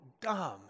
dumb